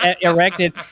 erected